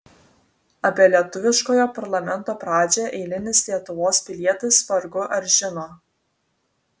apie lietuviškojo parlamento pradžią eilinis lietuvos pilietis vargu ar žino